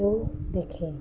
ଓ ଦେଖେ